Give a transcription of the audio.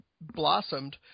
blossomed